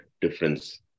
difference